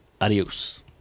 Adios